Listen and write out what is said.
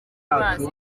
bazi